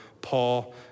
Paul